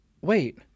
wait